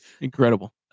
Incredible